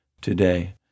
today